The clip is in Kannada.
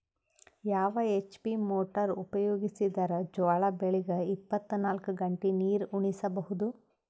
ಯಾವ ಎಚ್.ಪಿ ಮೊಟಾರ್ ಉಪಯೋಗಿಸಿದರ ಜೋಳ ಬೆಳಿಗ ಇಪ್ಪತ ನಾಲ್ಕು ಗಂಟೆ ನೀರಿ ಉಣಿಸ ಬಹುದು?